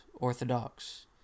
orthodox